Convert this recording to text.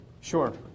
Sure